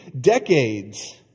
decades